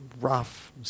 rough